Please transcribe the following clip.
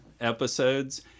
episodes